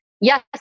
Yes